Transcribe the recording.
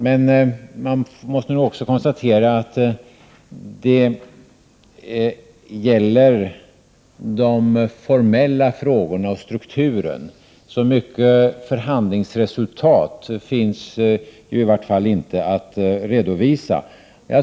Men man måste också konstatera att detta gäller de formella frågorna och strukturen. Så mycket förhandlingsresultat finns i vart fall inte att redovisa.